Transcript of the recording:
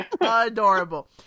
Adorable